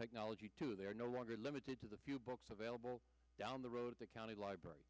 technology to they're no longer limited to the few books available down the road the county library